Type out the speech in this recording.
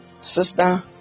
sister